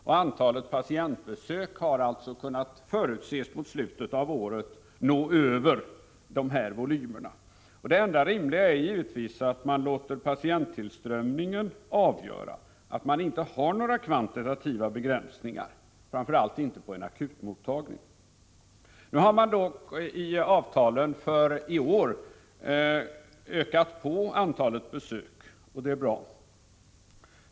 Man har alltså kunnat förutse att antalet patientbesök mot slutet av året skulle överskrida fastställda volymer. Det enda rimliga är givetvis att patienttillströmningen får vara avgörande och att det inte görs några kvantitativa begränsningar, framför allt inte på en akutmottagning. I avtalen för i år har antalet besök ökats, och det är bra.